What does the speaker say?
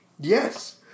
Yes